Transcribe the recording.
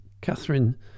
Catherine